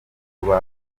kuba